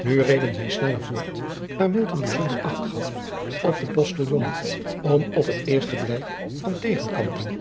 u reden zij sneller voort daar bijzonder acht gaf op den ostiljon om op het eerste blijk van tegenkanting